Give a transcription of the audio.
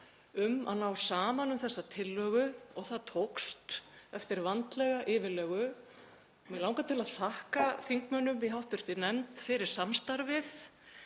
um að ná saman um þessa tillögu og það tókst eftir vandlega yfirlegu. Mig langar að þakka þingmönnum í hv. nefnd fyrir samstarfið.